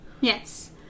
Yes